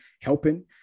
helping